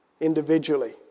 individually